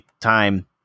time